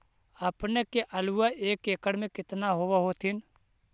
अपने के आलुआ एक एकड़ मे कितना होब होत्थिन?